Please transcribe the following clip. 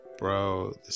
Bro